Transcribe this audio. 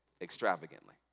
extravagantly